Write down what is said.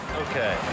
Okay